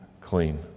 clean